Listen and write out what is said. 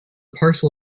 parcel